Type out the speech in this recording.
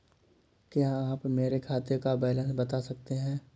क्या आप मेरे खाते का बैलेंस बता सकते हैं?